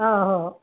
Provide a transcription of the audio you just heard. हो हो